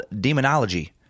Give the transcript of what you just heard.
Demonology